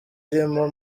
irimo